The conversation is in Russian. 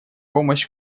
помощь